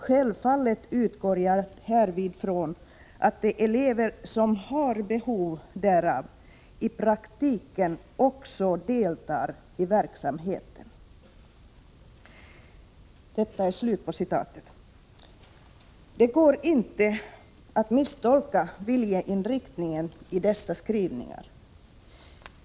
Självfallet utgår jag härvid från att, liksom i dag, de elever som har behov därav i praktiken också deltar i verksamheten.” Det går inte att misstolka viljeinriktningen i dessa skrivningar.